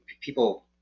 people